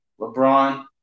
LeBron